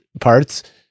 parts